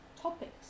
topics